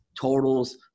totals